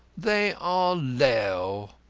they are low,